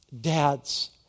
Dads